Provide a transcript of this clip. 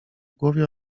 głowie